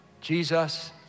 jesus